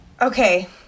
Okay